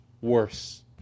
worse